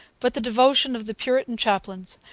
but the devotion of the puritan chaplains,